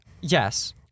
Yes